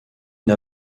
une